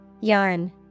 Yarn